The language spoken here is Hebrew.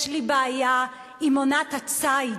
יש לי בעיה עם עונת הציד.